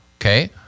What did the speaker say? okay